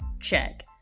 Check